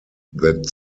that